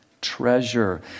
treasure